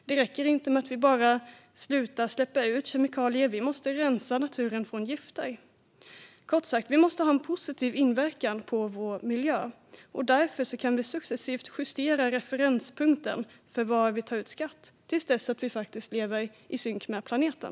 Det räcker inte med att vi bara slutar att släppa ut kemikalier. Vi måste rensa naturen från gifter. Kort sagt: Vi måste ha en positiv inverkan på vår miljö. Därmed kan vi successivt justera referenspunkten för var vi tar ut skatt tills vi faktiskt lever i synk med planeten.